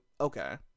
okay